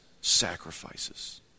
sacrifices